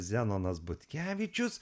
zenonas butkevičius